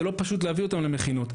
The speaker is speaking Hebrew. זה לא פשוט להביא אותם למכינות,